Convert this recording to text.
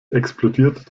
explodiert